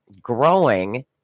growing